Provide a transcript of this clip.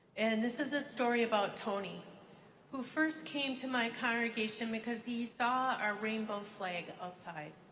and this is a story about tony who first came to my congregation because he saw our rainbow flag outside.